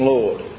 Lord